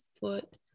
foot